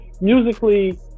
musically